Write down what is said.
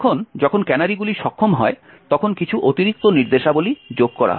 এখন যখন ক্যানারিগুলি সক্ষম হয় তখন কিছু অতিরিক্ত নির্দেশাবলী যোগ করা হয়